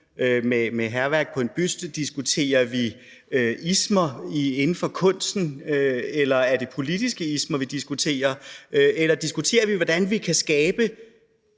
med hærværk på en buste? Diskuterer vi ismer inden for kunsten, eller er det politiske ismer, vi diskuterer? Eller diskuterer vi, hvordan vi kan skabe